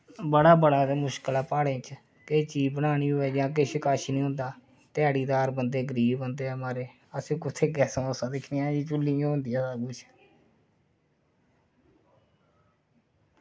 बड़ा बड़ा मुश्कल ऐ प्हाड़ें च किश चीज़ बनानी होऐ तां किश कक्ख निं होंदा ध्याड़ीदार बंदे गरीब बंदे म्हाराज असें कुत्थें गैसां दिक्खनियां साढ़े एह् चुल्ली होंदियां